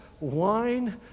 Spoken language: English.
wine